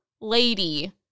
lady